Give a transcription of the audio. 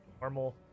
normal